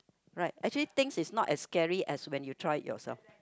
right actually things is not as scary as when you try it yourself